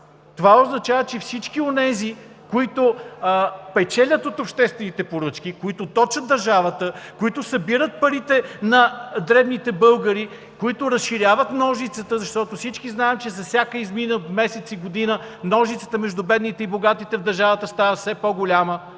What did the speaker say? Това означава, че всички онези, които печелят от обществените поръчки, които точат държавата, които събират парите на дребните българи, които разширяват ножицата, защото всички знаем, че за всеки изминал месец и година ножицата между бедните и богатите в държавата става все по-голяма,